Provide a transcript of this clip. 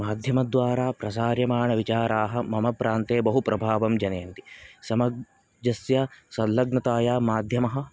माध्यमद्वारा प्रसार्यमाणविचाराः मम प्रान्ते बहुप्रभावं जनयन्ति समाजस्य संलग्नताया माध्यमः